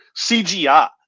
CGI